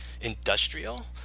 industrial